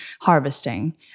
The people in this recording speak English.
harvesting